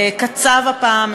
קצב הפעם,